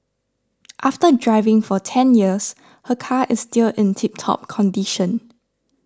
after driving for ten years her car is still in tiptop condition